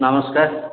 ନମସ୍କାର